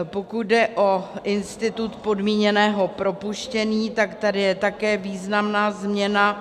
Pokud jde o institut podmíněného propuštění, tak tady je také významná změna.